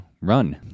run